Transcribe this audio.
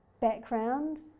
background